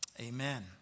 amen